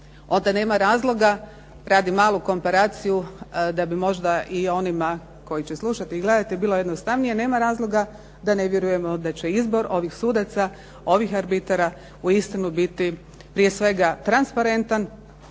onda nema razloga radi malu komparaciju da bi možda i onima koji će slušati i gledati bilo jednostavnije. Nema razloga da ne vjerujemo da će izbor ovih sudaca, ovih arbitara uistinu biti prije svega transparentan